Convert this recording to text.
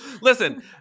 listen